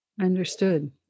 Understood